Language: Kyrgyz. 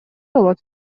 болот